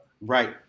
Right